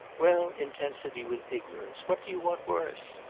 well, intensity with ignorance what do you want worse?